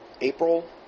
April